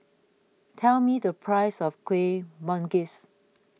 tell me the price of Kuih Manggis